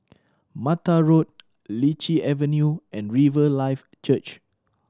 Mattar Road Lichi Avenue and Riverlife Church